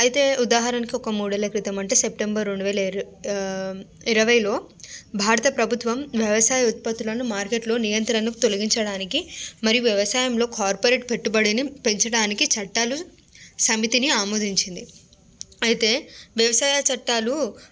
అయితే ఉదాహరణకు ఒక మూడేళ్ళ క్రితం అంటే సెప్టెంబర్ రెండువేల ఇర ఇరవైలో భారత ప్రభుత్వం వ్యవసాయ ఉత్పత్తులను మార్కెట్లో నియంత్రణను తొలగించడానికి మరియు వ్యవసాయంలో కార్పొరేట్ పెట్టుబడిని పెంచడానికి చట్టాలు సమితిని ఆమోదించింది అయితే వ్యవసాయ చట్టాలు